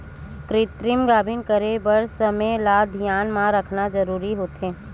कृतिम गाभिन करे बर समे ल धियान राखना जरूरी होथे